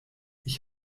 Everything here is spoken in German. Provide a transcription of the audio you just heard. ich